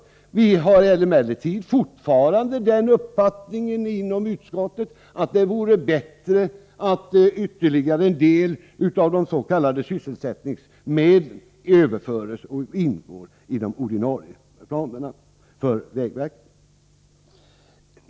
Inom utskottet har vi emellertid fortfarande den uppfattningen att det vore bättre att ytterligare en del av de s.k. sysselsättningsmedlen överfördes till och ingick i de ordinarie ramarna för vägverket.